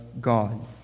God